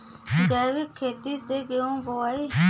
जैविक खेती से गेहूँ बोवाई